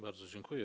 Bardzo dziękuję.